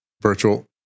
Virtual